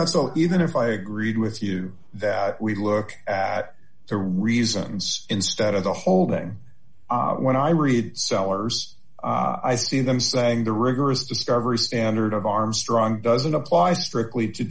d so even if i agreed with you that we look at the reasons instead of the holding when i read sellers i see them saying the rigorous discovery standard of armstrong doesn't apply strictly to